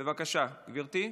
בבקשה, גברתי.